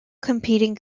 competing